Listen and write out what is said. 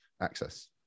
access